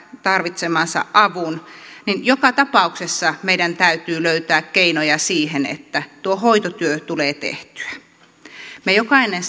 tarvitsemansa avun joten joka tapauksessa meidän täytyy löytää keinoja siihen että tuo hoitotyö tulee tehtyä jokainen